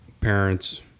parents